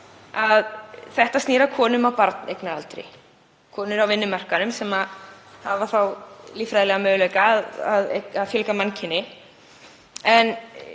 að þetta snýr að konum á barneignaraldri, konum á vinnumarkaðnum sem hafa þann líffræðilega möguleika að fjölga mannkyni.